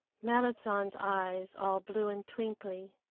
merrit san's eyes all blue and twinkly,